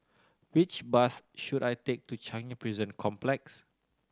which bus should I take to Changi Prison Complex